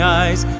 eyes